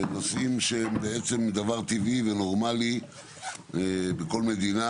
שהם בעצם דבר טבעי ונורמלי בכל מדינה,